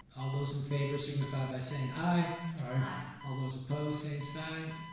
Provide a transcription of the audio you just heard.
all those in favor, signify by saying aye. aye. all those opposed, same side,